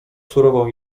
surową